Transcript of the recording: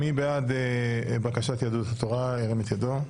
מי בעד בקשת יהדות התורה, ירים את ידו.